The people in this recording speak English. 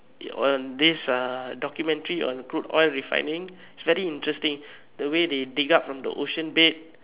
on these uh documentaries on crude oil refining very interesting the way they dig up from the ocean bed